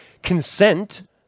Consent